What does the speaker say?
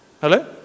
Hello